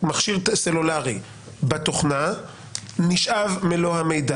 מכשיר סלולארי בתוכנה נשאב מלוא המידע.